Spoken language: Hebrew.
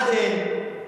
אחד אין.